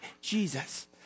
Jesus